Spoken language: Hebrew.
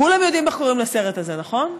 כולם יודעים איך קוראים לסרט הזה, נכון?